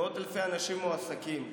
מאות אלפי אנשים מועסקים.